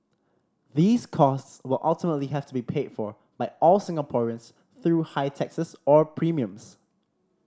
these costs will ultimately have to be paid for by all Singaporeans through higher taxes or premiums